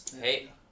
Hey